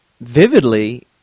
vividly